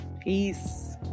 Peace